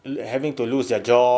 having to lose their jobs